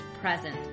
present